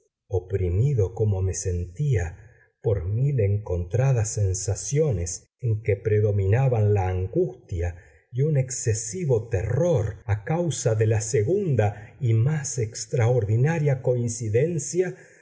oprimido como me sentía por mil encontradas sensaciones en que predominaban la angustia y un excesivo terror a causa de la segunda y más extraordinaria coincidencia